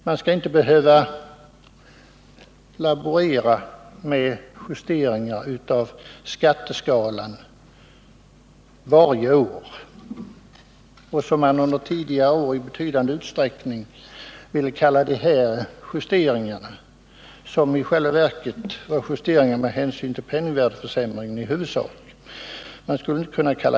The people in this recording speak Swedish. Man skall inte behöva laborera med justeringar av skatteskalan varje år. Under tidigare år ville man i betydande utsträckning kalla dessa justeringar för skattesänkningar, när de i själva verket utgjordes av justeringar som gjorts med hänsyn till penningvärdeförsämringen i huvudsak.